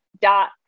dot